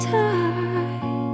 time